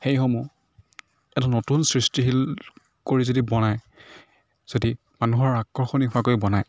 সেইসমূহ এটা নতুন সৃষ্টিশীল কৰি যদি বনাই যদি মানুহৰ আকৰ্ষণীকভাৱে বনাই